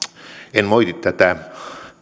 en moiti tätä